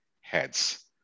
heads